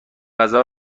غذا